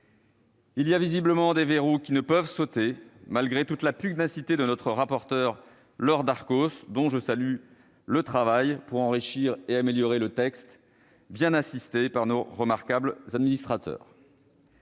Il y a visiblement des verrous qui ne peuvent sauter, malgré toute la pugnacité de notre rapporteure Laure Darcos, dont je salue le travail pour enrichir et améliorer le texte, bien assistée par nos remarquables administrateurs.